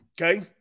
Okay